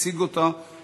אין